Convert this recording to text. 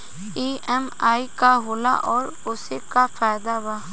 EMI का होला और ओसे का फायदा बा?